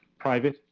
private,